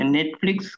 Netflix